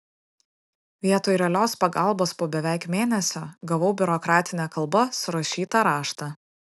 vietoj realios pagalbos po beveik mėnesio gavau biurokratine kalba surašytą raštą